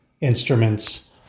instruments